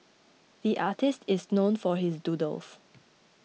the artist is known for his doodles